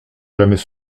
jamais